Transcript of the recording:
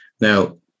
Now